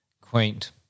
quaint